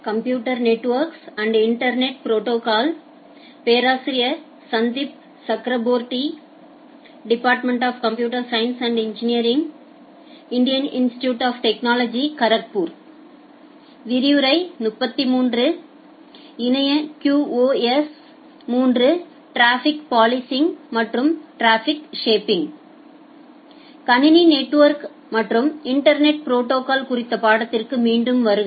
கணினி நெட்வொர்க் மற்றும் internet protocol குறித்த பாடத்திற்கு மீண்டும் வருக